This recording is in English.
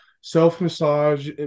self-massage